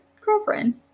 girlfriend